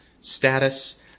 status